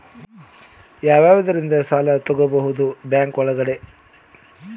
ಯಾವ್ಯಾವುದರಿಂದ ಸಾಲ ತಗೋಬಹುದು ಬ್ಯಾಂಕ್ ಒಳಗಡೆ?